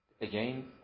again